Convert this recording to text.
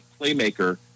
playmaker